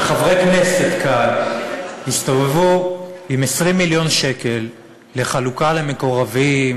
שחברי כנסת כאן יסתובבו עם 20 מיליון שקל לחלוקה למקורבים,